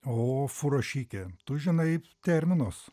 o furašiki tu žinai terminus